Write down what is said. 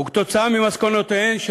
כתוצאה ממסקנותיהן של